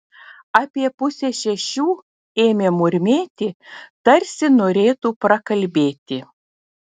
apie pusę šešių ėmė murmėti tarsi norėtų prakalbėti